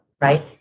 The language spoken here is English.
right